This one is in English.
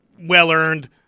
well-earned